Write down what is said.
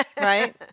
Right